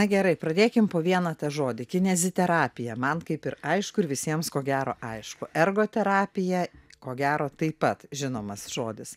na gerai pradėkim po vieną tą žodį kineziterapiją man kaip ir aišku ir visiems ko gero aišku ergoterapija ko gero taip pat žinomas žodis